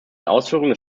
ausführungen